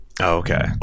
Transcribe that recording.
Okay